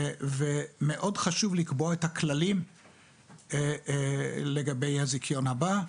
מאוד חשוב לקבוע את הכללים לגבי הזיכיון הבא.